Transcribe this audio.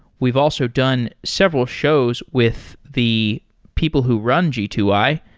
we've also done several shows with the people who run g two i,